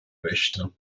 möchte